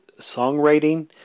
songwriting